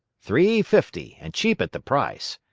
three-fifty, and cheap at the price.